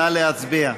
נא להצביע.